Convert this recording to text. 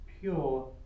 pure